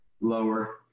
lower